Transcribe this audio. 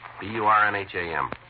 B-U-R-N-H-A-M